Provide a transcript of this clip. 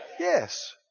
Yes